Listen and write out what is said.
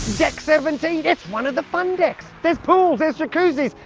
deck seventeen, it's one of the fun decks, there's pools, there's jacuzzis,